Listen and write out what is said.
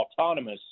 autonomous